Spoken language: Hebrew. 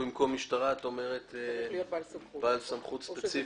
במקום המשטרה צריך להיות בעל סמכות ספציפית?